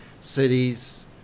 cities